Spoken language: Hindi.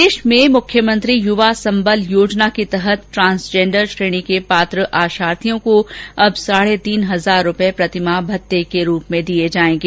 राज्य में मुख्यमंत्री युवा संबल योजना के तहत ट्रान्सजेंडर श्रेणी के पात्र आशार्थियों को अब साढे तीन हजार रूपए प्रतिमाह भत्ते के रूप में दिए जाएंगे